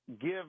give